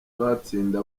batsinda